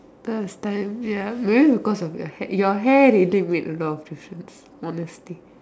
first time ya maybe because of your hair your hair really make a lot of difference honestly